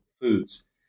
foods